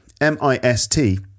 M-I-S-T